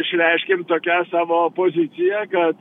išreiškėm tokią savo poziciją kad